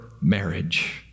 marriage